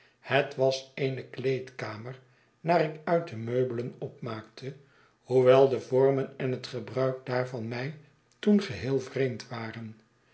het was eene kleedkamer naar ik uit de meubelen opmaakte hoewel de vormen en het gebruik daarvan mij toen geheel vreemd waren